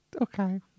okay